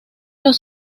los